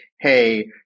hey